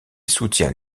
soutient